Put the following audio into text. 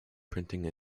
printing